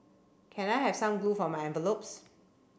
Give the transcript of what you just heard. can I have some glue for my envelopes